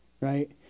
right